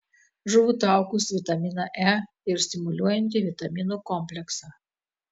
žuvų taukus vitaminą e ir stimuliuojantį vitaminų kompleksą